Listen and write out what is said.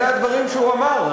אלה הדברים שהוא אמר.